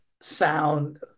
sound